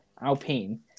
Alpine